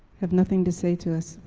have nothing to say to us,